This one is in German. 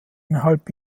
innerhalb